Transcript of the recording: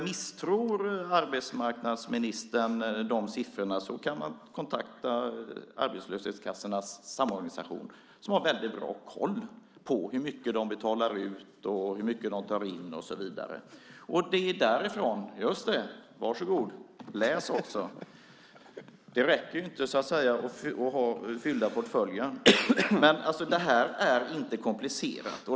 Misstror arbetsmarknadsministern de siffrorna kan han kontakta Arbetslöshetskassornas samorganisation som har väldigt bra koll på hur mycket de betalar ut, hur mycket de tar in, och så vidare. Var så god! Läs också! Det räcker inte att fylla portföljen. Det här är inte komplicerat.